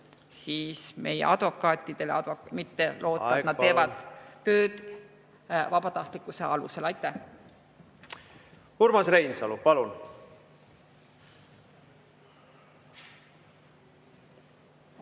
anda juurde advokaatidele, mitte loota, et nad teevad tööd vabatahtlikkuse alusel. Aitäh! Urmas Reinsalu, palun!